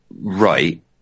right